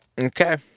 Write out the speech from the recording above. okay